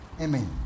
Amen